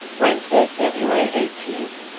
wednesday, february eighteenth.